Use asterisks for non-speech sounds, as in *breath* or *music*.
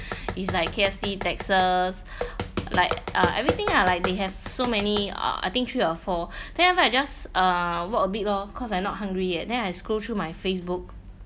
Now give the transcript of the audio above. is like K_F_C Texas *breath* like uh everything ah like they have so many uh I think three or four then I find I just uh walk a bit loh cause I not hungry yet then I scrolled through my Facebook